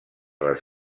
les